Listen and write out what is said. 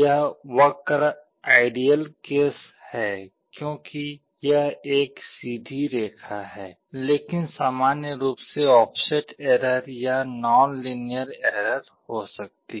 यह वक्र ideal case है क्योंकि यह एक सीधी रेखा है लेकिन सामान्य रूप से ऑफसेट एरर या नॉनलीनियर एरर हो सकती है